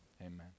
Amen